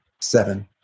Seven